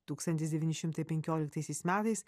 tūkstantis devyni šimtai penkioliktaisiais metais